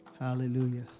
Hallelujah